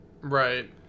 right